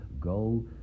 go